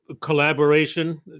collaboration